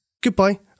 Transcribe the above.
Goodbye